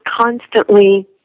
constantly